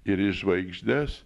ir į žvaigždes